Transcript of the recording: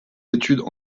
études